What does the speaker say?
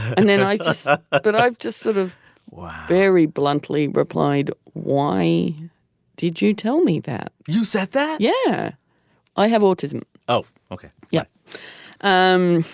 and then i so ah thought i've just sort of very bluntly replied why did you tell me that you said that. yeah i have autism oh okay yeah um